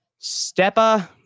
Stepa